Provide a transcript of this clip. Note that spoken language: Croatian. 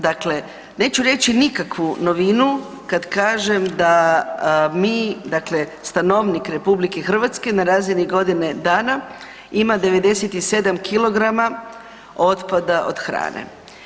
Dakle, neću reći nikakvu novinu kad kažem da mi dakle stanovnik RH na razini godine dana ima 97 kg otpada od hrane.